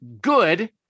good